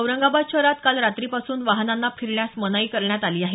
औरंगाबाद शहरात काल रात्रीपासून वाहनांना फिरण्यास मनाई करण्यात आली आहे